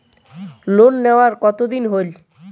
Loan নেওয়ার কতদিন হইল?